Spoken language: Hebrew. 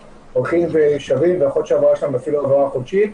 הולכים ושבים ויכול להיות שאפילו יש להם הלוואה חודשית,